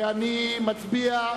הצבעה